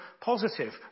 positive